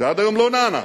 שעד היום לא נענתה,